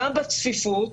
גם בצפיפות,